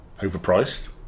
overpriced